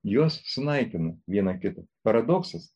jos sunaikina vieną kitą paradoksas